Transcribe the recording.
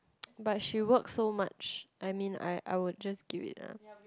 but she work so much I mean I I would just give it lah